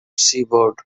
seaboard